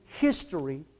history